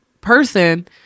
person